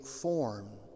form